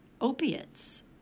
opiates